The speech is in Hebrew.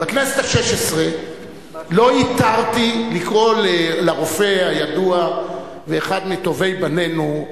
בכנסת השש-עשרה לא התרתי לקרוא לרופא הידוע ואחד מטובי בנינו,